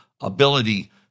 ability